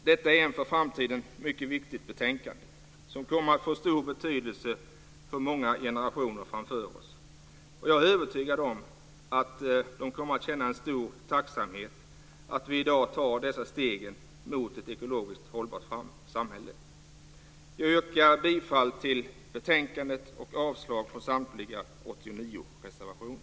Detta är ett för framtiden mycket viktigt betänkande som kommer att få stor betydelse för många generationer framför oss. Jag är övertygad om att de kommer att känna en stor tacksamhet för att vi i dag tar dessa steg mot ett ekologiskt hållbart samhälle. Jag yrkar bifall till förslaget i betänkandet och avslag på samtliga 89 reservationer.